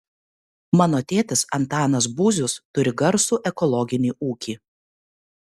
mano tėtis antanas būzius turi garsų ekologinį ūkį